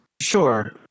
Sure